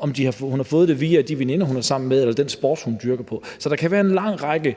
om hun har fået det via de veninder, hun er sammen med, eller i forbindelse med den sport, hun dyrker, på. Så der kan være en lang række